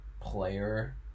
player